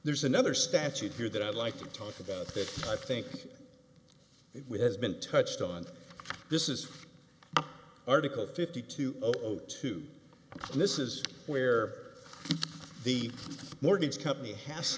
there's another statute here that i'd like to talk about that i think it has been touched on this is article fifty two o two this is where the mortgage company has